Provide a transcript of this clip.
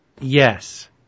Yes